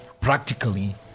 practically